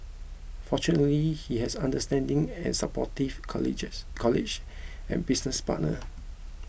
fortunately he has understanding and supportive colleagues and business partners